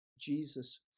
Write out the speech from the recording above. Jesus